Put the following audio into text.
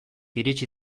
iritsi